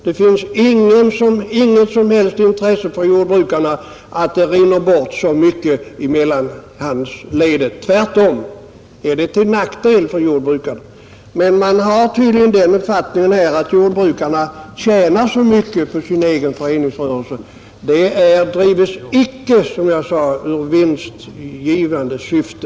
Det finns inget som helst intresse för jordbrukarna av att så mycket pengar rinner bort i mellanhandsledet. Tvärtom är det till nackdel för jordbrukarna, Tydligen föreligger den uppfattningen här att jordbrukarna tjänar mycket på sin egen föreningsrörelse, men den drivs icke — som jag sade — i vinstgivande syfte.